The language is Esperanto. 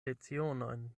lecionojn